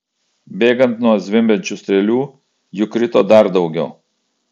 bėgant nuo zvimbiančių strėlių jų krito dar daugiau